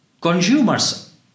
consumers